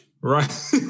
Right